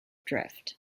drift